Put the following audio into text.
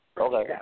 Okay